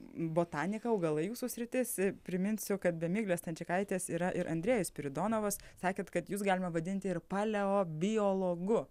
botanika augalai jūsų sritis ir priminsiu kad be miglės stančikaitės yra ir andrejus spiridonovas sakėt kad jus galima vadinti ir paleo biologu